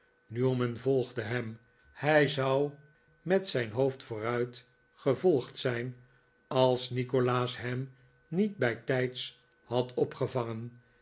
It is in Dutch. newman volgde hem hij zou met zijn hoofd vooruit gevolgd zijn als nikolaas hem niet bijtijds had opgevangen